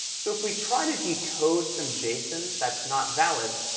so if we try to decode some json that's not valid,